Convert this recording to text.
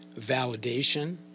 validation